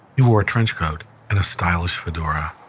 he wore a trench coat and a stylish fedora.